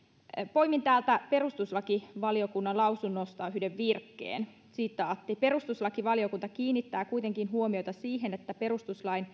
poimin täältä perustuslakivaliokunnan lausunnosta yhden virkkeen perustuslakivaliokunta kiinnittää kuitenkin huomiota siihen että perustuslain